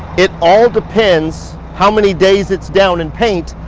it all depends how many days it's down in paint.